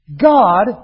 God